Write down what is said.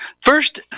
First